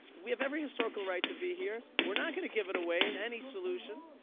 we have every historical right to be here, we're not going to give it away in any solution,